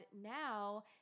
now